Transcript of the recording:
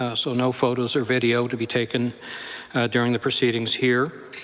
ah so no photos or video to be taken during the proceedings here.